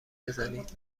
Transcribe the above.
بزنید